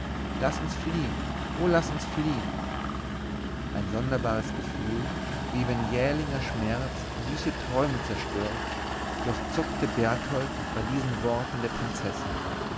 laß uns fliehen o laß uns fliehen ein sonderbares gefühl wie wenn jählinger schmerz süße träume zerstört durchzuckte berthold bei diesen worten der prinzessin